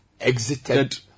exited